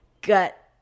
gut